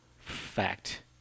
fact